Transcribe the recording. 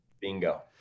bingo